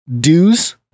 dues